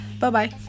Bye-bye